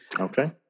Okay